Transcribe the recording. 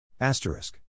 asterisk